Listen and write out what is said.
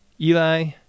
Eli